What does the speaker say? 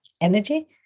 energy